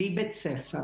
בלי בית ספר,